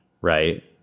right